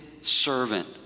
servant